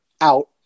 out